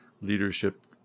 leadership